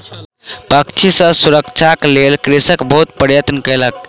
पक्षी सॅ सुरक्षाक लेल कृषक बहुत प्रयत्न कयलक